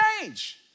change